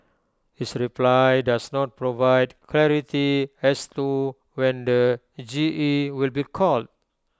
his reply does not provide clarity as to when the G E will be called